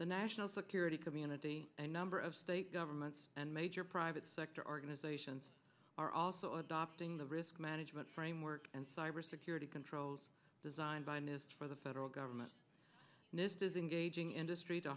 the national security community and number of state governments and major private sector organizations are also adopting the risk management framework and cybersecurity controls designed by nist for the federal government this is engaging industry to